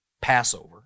Passover